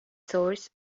source